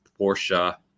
Porsche